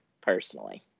personally